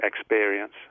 experience